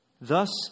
Thus